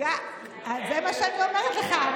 זה מה שאני אומרת לך.